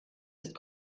ist